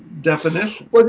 definition